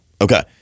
Okay